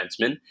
defenseman